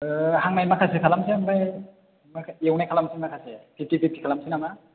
हांनाय माखासे खालामनोसै ओमफ्राय एवनाय खालामनोसै माखासे फिफ्टि फिफ्टि खालामनोसै नामा